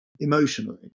emotionally